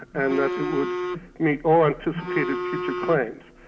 and that it would meet all anticipated future claims.